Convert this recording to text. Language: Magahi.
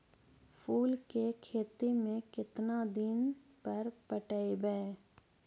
फूल के खेती में केतना दिन पर पटइबै?